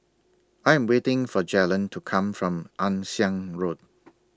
I Am waiting For Jaylen to Come from Ann Siang Road